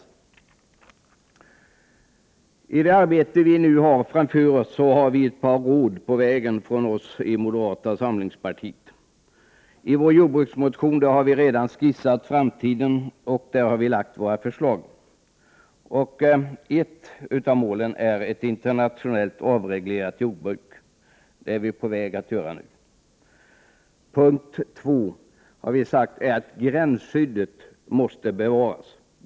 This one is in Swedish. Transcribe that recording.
I anledning av det arbete vi nu har framför oss, vill jag ge ett par ord på vägen från oss i moderata samlingspartiet. I vår jordbruksmotion har vi redan skissat framtiden och lagt fram våra förslag. Ett av målen är ett internationellt avreglerat jordbruk. Det är vi på väg att skapa nu. Ien punkt har vi sagt att gränsskyddet måste bevaras.